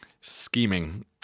scheming